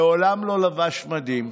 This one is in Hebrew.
מעולם לא לבש מדים,